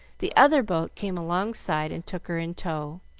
the other boat came alongside and took her in tow.